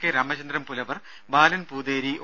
K Ramachandran Pulavar Balan Pootheri O